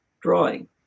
drawing